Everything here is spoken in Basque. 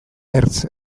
ertz